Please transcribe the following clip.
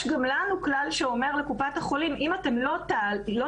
יש גם לנו כלל שאומר לקופת החולים - אם אתם לא תעלו